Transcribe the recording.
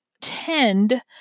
tend